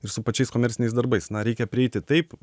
ir su pačiais komerciniais darbais na reikia prieiti taip